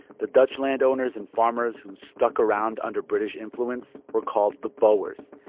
the dutch landowners and farmers who stuck around under british influence were called the boers,